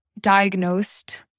diagnosed